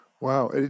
Wow